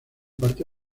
parte